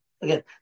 Again